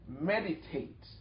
meditate